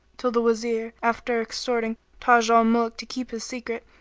till the wazir, after exhorting taj al-muluk to keep his secret,